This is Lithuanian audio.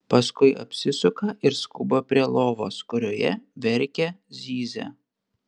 paskui apsisuka ir skuba prie lovos kurioje verkia zyzia